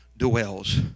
dwells